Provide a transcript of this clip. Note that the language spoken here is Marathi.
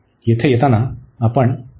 येथे येताना आपण x ची लिमिट ठेवत आहोत